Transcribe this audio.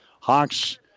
Hawks